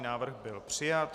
Návrh byl přijat.